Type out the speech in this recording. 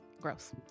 Gross